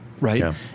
Right